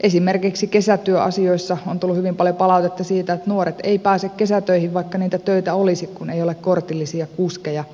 esimerkiksi kesätyöasioissa on tullut hyvin paljon palautetta siitä että nuoret eivät pääse kesätöihin vaikka niitä töitä olisi kun ei ole kortillisia kuskeja